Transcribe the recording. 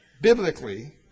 biblically